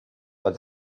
but